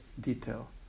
detail